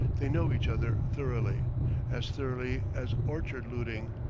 they know each other thoroughly as thoroughly as orchard-looting,